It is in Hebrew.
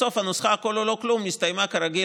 בסוף הנוסחה של הכול או לא כלום הסתיימה כרגיל,